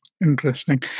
interesting